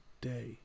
day